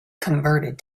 converted